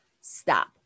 stop